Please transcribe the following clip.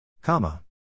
Comma